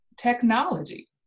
technology